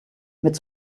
mit